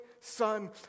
son